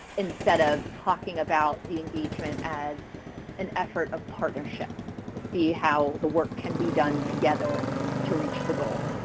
instead of talking about the engagement as an effort of partnership to see how the work can be done together to reach the goal.